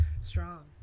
Strong